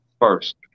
first